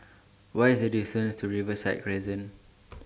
What IS The distance to Riverside Crescent